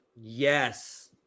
Yes